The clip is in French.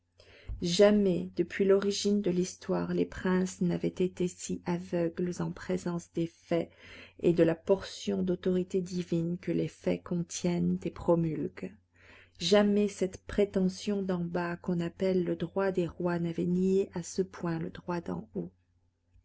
jamais depuis l'origine de l'histoire les princes n'avaient été si aveugles en présence des faits et de la portion d'autorité divine que les faits contiennent et promulguent jamais cette prétention d'en bas qu'on appelle le droit des rois n'avait nié à ce point le droit d'en haut